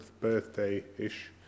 birthday-ish